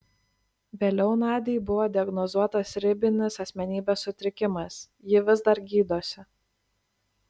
vėliau nadiai buvo diagnozuotas ribinis asmenybės sutrikimas ji vis dar gydosi